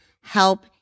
help